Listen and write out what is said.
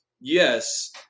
Yes